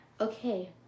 Okay